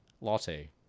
latte